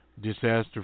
Disaster